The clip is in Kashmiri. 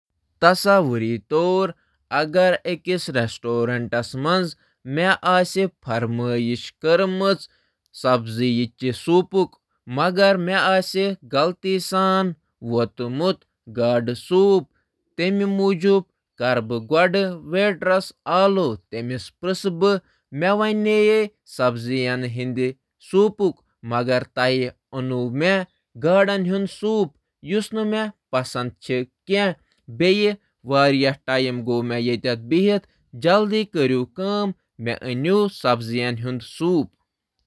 تصور کٔرِو، اگر مےٚ کُنہِ رٮ۪سٹرٛورَنٛٹَس منٛز سبزی ہُنٛد سوپ آرڈر کوٚر مگر تِمو اوٚن مےٚ گاڈٕ سوپ۔ بہٕ پرٛژھٕ أمِس زِ کیٛاہ مےٚ چھَا سبزی ہُنٛد سوپ آرڈر کوٚرمُت۔ مگر تۄہہِ چُھو گاڈٕ ہُنٛد سوپ أنِمُت یُس نہٕ مےٚ پسنٛد چُھ۔ واریاہ کالہٕ پٮ۪ٹھٕ چھُس بہٕ پیٛاران۔ مہربٲنی کٔرِتھ کٔرِو یہِ جلدٕ۔